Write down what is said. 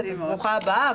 אז ברוכה הבאה,